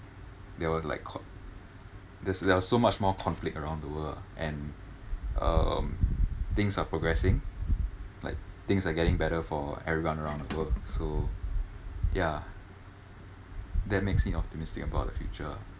there was like con~ there's there was so much more conflict around the world ah and um things are progressing like things are getting better for everyone around the world so ya that makes me optimistic about the future